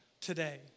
today